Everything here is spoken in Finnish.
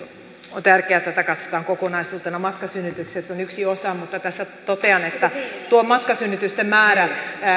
on tärkeää että tätä katsotaan kokonaisuutena matkasynnytykset ovat yksi osa mutta tässä totean että tuo matkasynnytysten määrä